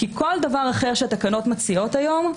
כי כל דבר אחר שהתקנות מציעות היום,